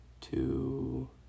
two